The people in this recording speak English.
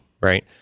right